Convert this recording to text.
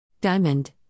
Diamond